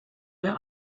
mehr